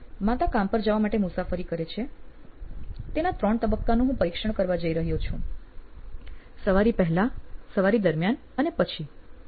માતા કામ પર જવા માટે મુસાફરી કરે છે તેના ત્રણ તબક્કાનું હું પરીક્ષણ કરવા જઇ રહ્યો છું સવારી પહેલાં દરમ્યાન અને પછીનો